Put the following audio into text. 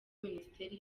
minisiteri